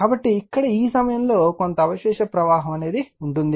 కాబట్టి ఇక్కడ ఈ సమయంలో కొంత అవశేష ప్రవాహం ఉంటుంది